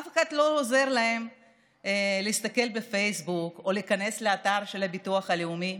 אף אחד לא עוזר להם להסתכל בפייסבוק או להיכנס לאתר של הביטוח הלאומי.